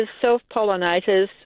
self-pollinators